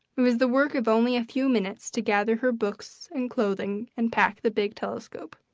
it was the work of only a few minutes to gather her books and clothing and pack the big telescope,